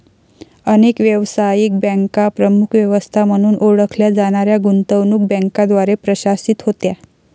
अनेक व्यावसायिक बँका प्रमुख व्यवस्था म्हणून ओळखल्या जाणाऱ्या गुंतवणूक बँकांद्वारे प्रशासित होत्या